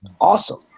awesome